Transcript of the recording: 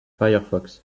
firefox